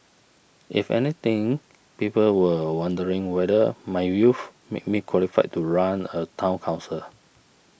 if anything people were wondering whether my youth made me qualified to run a Town Council